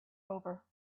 over